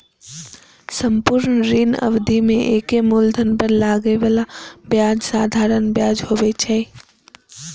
संपूर्ण ऋण अवधि मे एके मूलधन पर लागै बला ब्याज साधारण ब्याज होइ छै